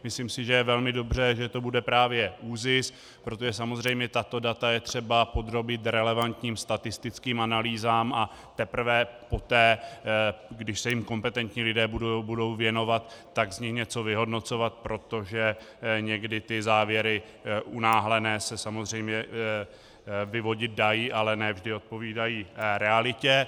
Myslím si, že je velmi dobře, že to bude právě ÚZIS, protože samozřejmě tato data je třeba podrobit relevantním statistickým analýzám a teprve poté, když se jim kompetentní lidé budou věnovat, z nich něco vyhodnocovat, protože někdy ty závěry unáhlené se samozřejmě vyvodit dají, ale ne vždy odpovídají realitě.